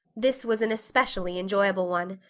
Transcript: this was an especially enjoyable one.